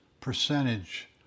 percentage